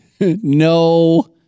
No